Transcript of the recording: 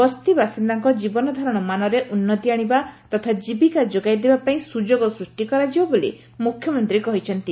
ବସ୍ତି ବାସିନ୍ଦାଙ୍କ ଜୀବନଧାରଶ ମାନରେ ଉନ୍ତି ଆଶିବା ତଥା ଜୀବିକା ଯୋଗାଇ ଦେବାପାଇଁ ସୁଯୋଗ ସୃଷ୍ି କରାଯିବ ବୋଲି ମୁଖ୍ୟମନ୍ତୀ କହିଛନ୍ତି